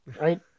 Right